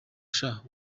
sha